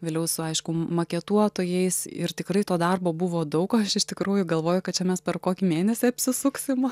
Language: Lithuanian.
vėliau su aišku maketuotojais ir tikrai to darbo buvo daug aš iš tikrųjų galvojau kad čia mes per kokį mėnesį apsisuksim